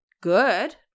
good